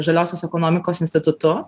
žaliosios ekonomikos institutu